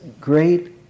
great